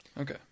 Okay